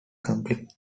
completed